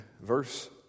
verse